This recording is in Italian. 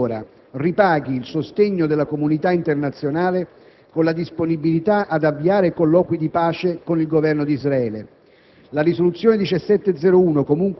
Auspichiamo, dunque, che il Governo Siniora ripaghi il sostegno della comunità internazionale, con la disponibilità ad avviare colloqui di pace con il Governo di Israele.